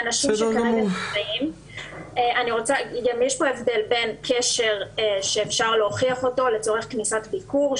יש פה הבדל בין קשר שאפשר להוכיח אותו לצורך כניסת ביקור,